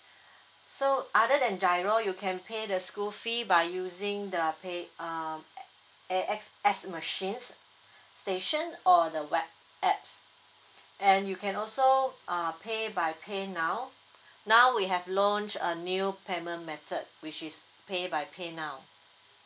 so other than GIRO you can pay the school fee by using the pay um A_X_S machines station or the web apps and you can also uh pay by paynow now we have launch a new payment method which is pay by paynow